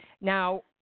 Now